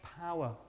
power